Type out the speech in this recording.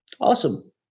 Awesome